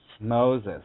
Moses